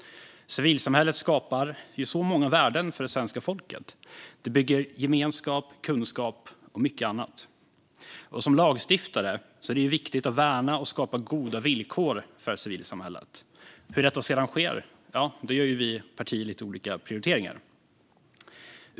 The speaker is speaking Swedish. Civilsamhället skapar så många värden för svenska folket. Det bygger gemenskap, kunskap och mycket annat. Som lagstiftare är det viktigt att värna och skapa goda villkor för civilsamhället. När det gäller hur detta sedan sker gör vi partier lite olika prioriteringar.